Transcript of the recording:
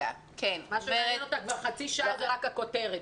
מה שמעניין אותה כבר חצי שעה זה רק הכותרת.